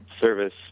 service